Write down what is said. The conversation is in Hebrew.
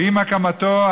ועם הקמתו,